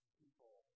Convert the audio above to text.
people